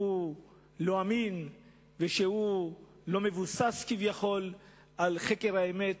שהוא לא אמין ושהוא לא מבוסס כביכול על חקר האמת,